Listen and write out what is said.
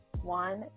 One